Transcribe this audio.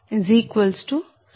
7826